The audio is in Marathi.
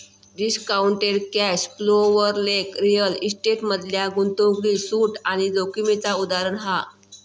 डिस्काउंटेड कॅश फ्लो वर लेख रिअल इस्टेट मधल्या गुंतवणूकीतील सूट आणि जोखीमेचा उदाहरण हा